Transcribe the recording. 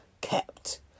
kept